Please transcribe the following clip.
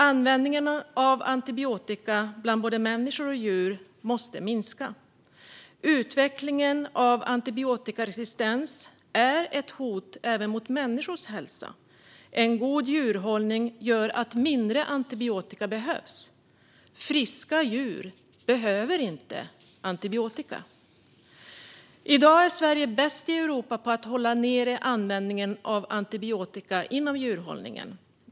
Användningen av antibiotika bland både människor och djur måste minska. Utvecklingen av antibiotikaresistens är ett hot även mot människors hälsa. En god djurhållning gör att mindre antibiotika behövs. Friska djur behöver inte antibiotika. I dag är Sverige bäst i Europa på att hålla nere användningen av antibiotika inom djurhållningen.